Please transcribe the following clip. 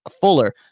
Fuller